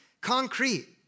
concrete